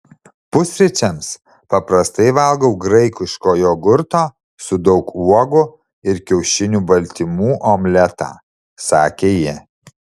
pusryčiams paprastai valgau graikiško jogurto su daug uogų ir kiaušinių baltymų omletą sakė ji